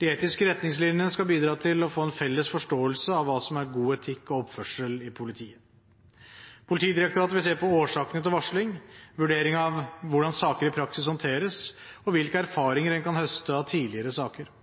De etiske retningslinjene skal bidra til å få en felles forståelse av hva som er god etikk og oppførsel i politiet. Politidirektoratet vil se på årsakene til varsling, vurdering av hvordan saker i praksis håndteres, og hvilke erfaringer en kan høste av tidligere saker.